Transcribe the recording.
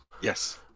Yes